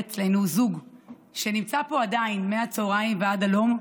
אצלנו זוג שנמצא פה מהצוהריים ועד הלום,